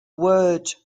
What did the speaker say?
word